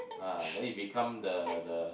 ah then it become the the